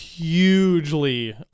Hugely